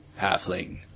Halfling